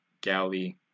galley